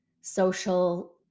social